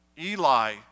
Eli